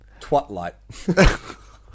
Twatlight